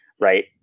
right